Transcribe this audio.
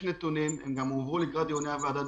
יש נתונים והם הועברו לקראת דיוני הוועדה.